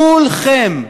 כולכם.